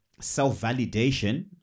self-validation